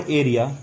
area